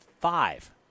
five